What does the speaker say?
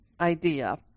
idea